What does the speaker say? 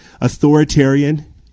authoritarian